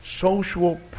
social